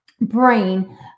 brain